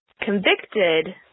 convicted